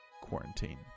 quarantine